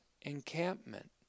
encampment